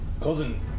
Cousin